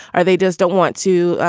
are they just don't want to.